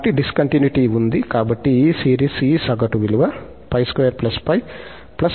కాబట్టి డిస్కంటిన్యుటీ ఉంది కాబట్టి ఈ సిరీస్ ఈ సగటు విలువ అంటే ఈ 𝜋2 కు కన్వర్జ్ అవుతుంది